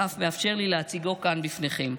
ואף מאפשר לי להציגו כאן בפניכם.